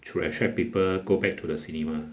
to attract people go back to the cinema